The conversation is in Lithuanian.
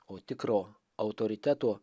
o tikro autoriteto